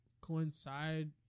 coincide